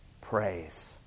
praise